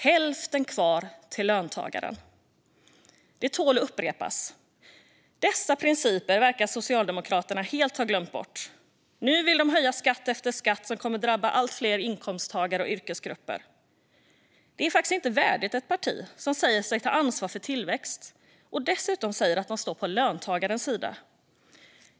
Hälften kvar till löntagare - det tål att upprepas. Dessa principer verkar Socialdemokraterna helt ha glömt bort. Nu vill de höja skatt efter skatt, vilket kommer att drabba allt fler inkomsttagare och yrkesgrupper. Detta är inte värdigt ett parti som säger sig ta ansvar för tillväxt och dessutom säger sig stå på löntagarnas sida.